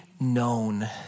known